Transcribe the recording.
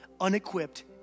unequipped